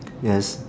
yes